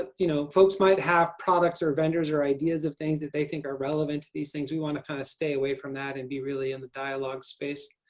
ah you know folks might have products or vendors or ideas of things that they think are relevant to these things. we want to kind of stay away from that and be really in the dialogue space.